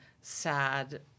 sad